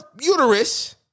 uterus